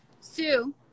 Sue